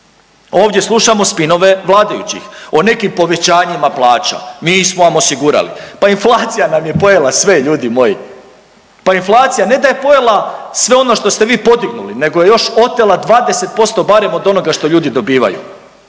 Ovdje slušamo spinove vladajućih o nekim povećanjima plaća „mi smo vam osigurali“, pa inflacija nam je pojela sve ljudi moji, pa inflacija ne da je pojela sve ono što ste vi podignuli nego je još otela 20% barem od onoga što ljudi dobivaju.